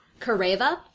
Kareva